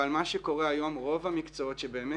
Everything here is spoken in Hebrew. אבל מה שקורה היום שרוב המקצועות שבאמת